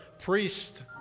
priest